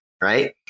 right